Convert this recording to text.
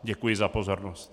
Děkuji za pozornost.